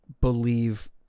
believe